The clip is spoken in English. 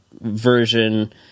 version